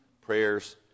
Prayers